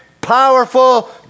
powerful